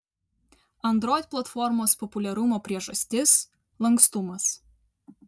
android platformos populiarumo priežastis lankstumas